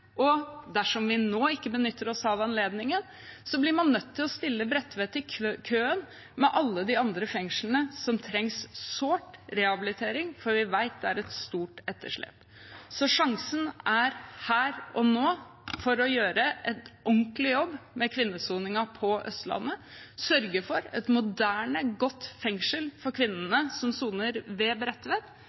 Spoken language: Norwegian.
og dersom vi nå ikke benytter oss av anledningen, blir man nødt til å stille Bredtvet i køen sammen med alle de andre fengslene som sårt trenger rehabilitering, for vi vet det er et stort etterslep. Så sjansen er her og nå for å gjøre en ordentlig jobb med kvinnesoningen på Østlandet og sørge for et moderne, godt fengsel for kvinnene som soner ved Bredtvet.